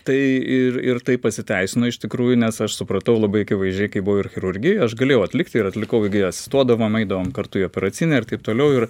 tai ir ir tai pasiteisino iš tikrųjų nes aš supratau labai akivaizdžiai kai buvau ir chirurgijoj aš galėjau atlikti ir atlikau irgi asistuodavom eidavom kartu į operacinę ir taip toliau ir